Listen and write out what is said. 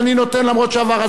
אף שעבר הזמן,